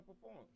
perform